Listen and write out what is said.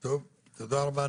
טוב, תודה רבה.